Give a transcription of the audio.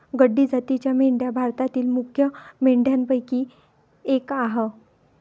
गड्डी जातीच्या मेंढ्या भारतातील मुख्य मेंढ्यांपैकी एक आह